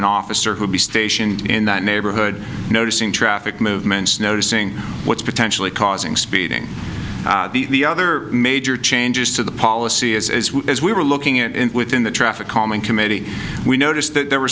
an officer who'd be stationed in that neighborhood noticing traffic movements noticing what's potentially causing speeding the other major changes to the policy is as we were looking at it within the traffic calming committee we noticed that there were